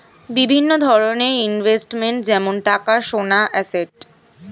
বিভিন্ন ধরনের ইনভেস্টমেন্ট যেমন টাকা, সোনা, অ্যাসেট